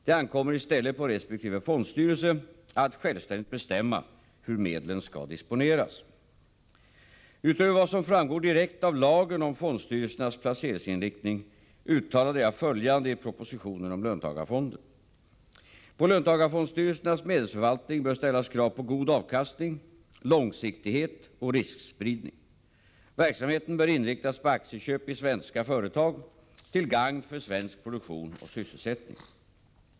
Det ankommer i stället på resp. fondstyrelse att självständigt bestämma hur medlen skall disponeras. Utöver vad som framgår direkt av lagen om fondstyrelsernas placeringsinriktning uttalade jag följande i propositionen om löntagarfonder. På löntagarfondstyrelsernas medelsförvaltning bör ställas krav på god avkastning, långsiktighet och riskspridning. Verksamheten bör inriktas på aktieköp i svenska företag till gagn för svensk produktion och sysselsättning.